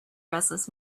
restless